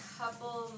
couple